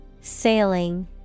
Sailing